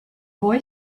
boy